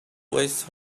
waste